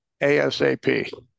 ASAP